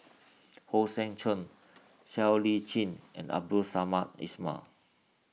Hong Sek Chern Siow Lee Chin and Abdul Samad Ismail